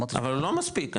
אבל הוא לא מספיק.